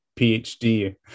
PhD